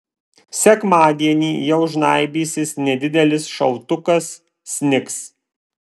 sekmadienį jau žnaibysis nedidelis šaltukas snigs